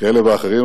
כאלה ואחרים,